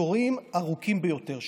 התורים ארוכים ביותר.